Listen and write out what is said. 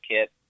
kit